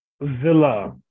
Villa